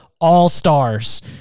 all-stars